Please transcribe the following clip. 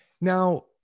Now